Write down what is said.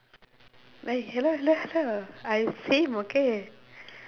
eh hello hello hello I same okay